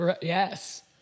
Yes